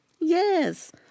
Yes